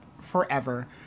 forever